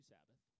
Sabbath